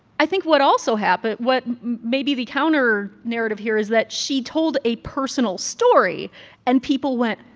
i think what also happened what maybe the counter-narrative here is that she told a personal story and people went,